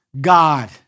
God